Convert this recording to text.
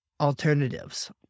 alternatives